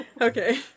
Okay